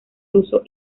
ruso